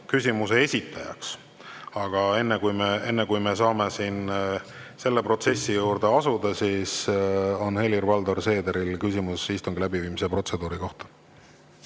küsimuse esitajaks. Enne kui me saame selle protsessi juurde asuda, on Helir-Valdor Seederil küsimus istungi läbiviimise protseduuri kohta.